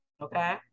Okay